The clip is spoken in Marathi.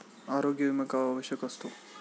आरोग्य विमा का आवश्यक असतो?